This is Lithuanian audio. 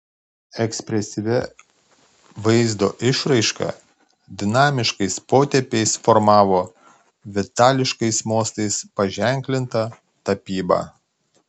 ekspresyvia vaizdo išraiška dinamiškais potėpiais formavo vitališkais mostais paženklintą tapybą